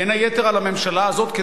בין היתר על הממשלה הזאת,